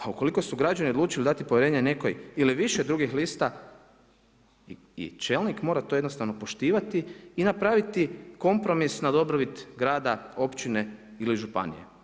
A ukoliko su građani odlučili dati povjerenje nekoj ili više drugih lista i čelnik mora to jednostavno poštivati i napraviti kompromis na dobrobit grada, općine ili županije.